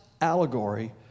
allegory